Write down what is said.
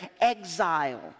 exile